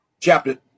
Chapter